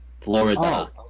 Florida